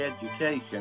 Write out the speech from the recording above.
education